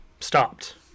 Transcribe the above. stopped